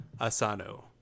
Asano